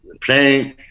playing